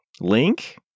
Link